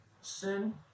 sin